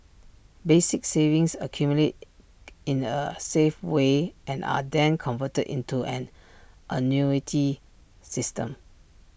basic savings accumulate in A safe way and are then converted into an annuity system